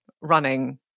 running